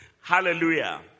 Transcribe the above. Hallelujah